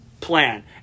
plan